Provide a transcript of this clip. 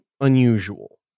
unusual